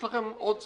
יש לכם עוד סמכויות,